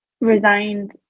resigned